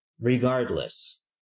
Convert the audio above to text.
Regardless